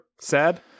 Sad